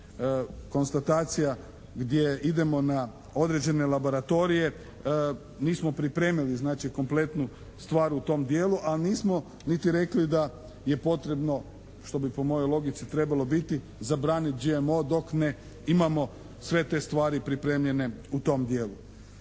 je konstatacija gdje idemo na određene laboratorije. Mi smo pripremili znači kompletnu stvar u tom dijelu, ali nismo niti rekli da je potrebno što bi po mojoj logici trebalo biti zabranit GMO dok ne, imamo sve te stvari pripremljene u tom dijelu.